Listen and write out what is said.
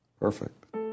Perfect